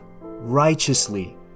righteously